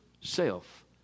self